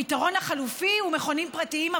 הפתרון החלופי הוא מכונים פרטיים,